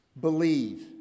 Believe